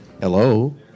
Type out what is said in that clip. Hello